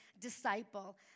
disciple